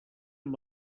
amb